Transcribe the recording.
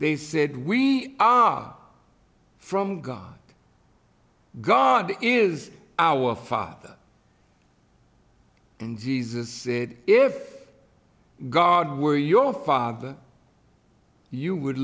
they said we are from god god is our father and jesus said if god were your father you would